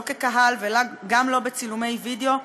לא כקהל וגם לא בצילומי וידיאו,